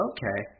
Okay